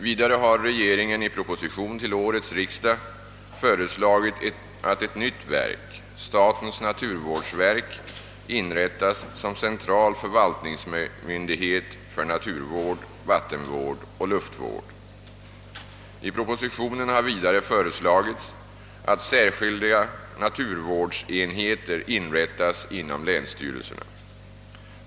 Vidare har regeringen i proposition till årets riksdag föreslagit att ett nytt verk, statens naturvårdsverk, inrättas som central förvaltningsmyndighet för naturvård, vattenvård och luftvård. I propositionen har vidare föreslagits att särskilda naturvårdsenheter inrättas inom länsstyrelserna.